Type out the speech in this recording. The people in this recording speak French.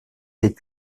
des